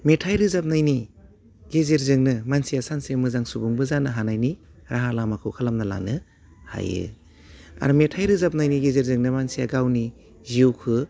मेथाइ रोजाबनायनि गेजेरजोंनो मानसिया सानसे मोजां सुबुंबो जानो हानायनि राहा लामाखौ खालामना लानो हायो आरो मेथाइ रोजाबनायनि गेजेरजोंनो मानसिया गावनि जिउखो